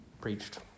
preached